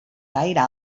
gaire